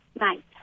night